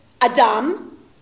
Adam